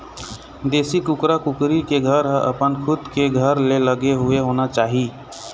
देशी कुकरा कुकरी के घर ह अपन खुद के घर ले लगे हुए होना चाही